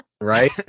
Right